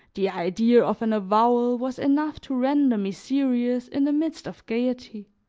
the idea of an avowal was enough to render me serious in the midst of gaiety.